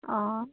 অঁ